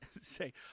say